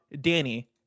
danny